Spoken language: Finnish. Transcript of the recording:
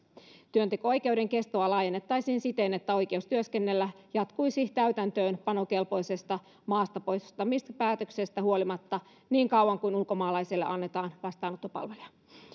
työnteko oikeuden kestoa laajennettaisiin siten että oikeus työskennellä jatkuisi täytäntöönpanokelpoisesta maastapoistamispäätöksestä huolimatta niin kauan kuin ulkomaalaiselle annetaan vastaanottopalveluja